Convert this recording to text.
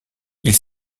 ils